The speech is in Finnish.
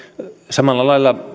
samalla lailla